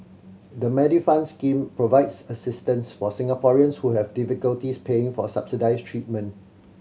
the Medifund scheme provides assistance for Singaporeans who have difficulties paying for subsidized treatment